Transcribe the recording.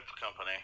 company